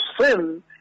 sin